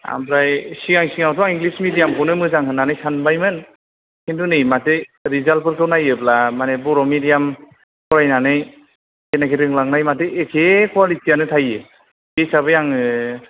ओमफ्राय सिगां सिगाङावथ' आं इंग्लिस मिडियामखौनो मोजां होननानै सानबाय मोन खिन्थु नै माथो रिजाल्टफोरखौ नायोब्ला माने बर' मिडियाम फरायनानै जेनाखि रोंलांनाय माथो एखे कुवालिटि आनो थाहैयो बे हिसाबै आङो